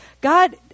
God